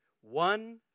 One